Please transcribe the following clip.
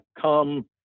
come